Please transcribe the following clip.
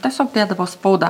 tiesiog dėdavo spaudą